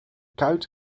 kuit